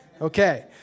Okay